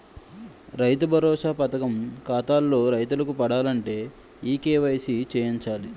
రైతు భరోసా పథకం ఖాతాల్లో రైతులకు పడాలంటే ఈ కేవైసీ చేయించాలి